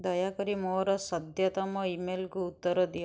ଦୟାକରି ମୋର ସଦ୍ୟତମ ଇମେଲକୁ ଉତ୍ତର ଦିଅ